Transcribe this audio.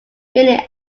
meaning